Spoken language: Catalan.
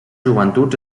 joventuts